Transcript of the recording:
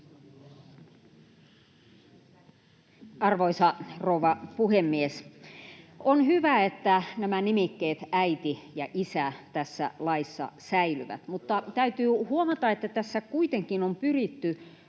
Arvoisa rouva puhemies! On hyvä, että nämä nimikkeet ”äiti” ja ”isä” tässä laissa säilyvät, mutta täytyy huomata, että tässä kuitenkin on pyritty